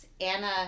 Anna